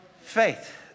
Faith